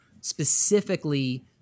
specifically